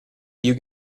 you